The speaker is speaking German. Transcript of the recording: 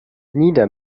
nieder